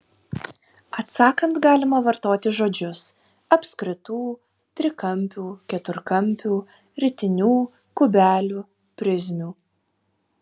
atsakant galima vartoti žodžius apskritų trikampių keturkampių ritinių kubelių prizmių